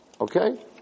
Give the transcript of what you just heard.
Okay